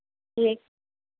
ठीक